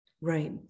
Right